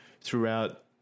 throughout